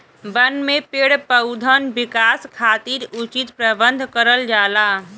बन में पेड़ पउधन विकास खातिर उचित प्रबंध करल जाला